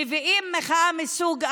מביאים מחאה מסוג אחר,